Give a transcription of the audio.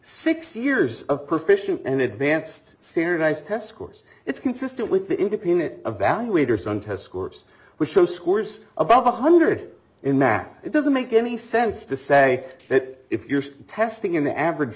six years of proficiency in advanced sterilised test scores it's consistent with the independent a value waiter's on test scores which show scores above a hundred in math it doesn't make any sense to say that if you're testing in the average